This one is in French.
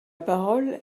parole